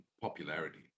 popularity